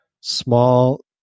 small